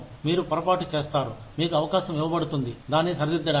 మీరు పొరపాటు చేస్తారు మీకు అవకాశం ఇవ్వబడుతుంది దాన్ని సరిదిద్దడానికి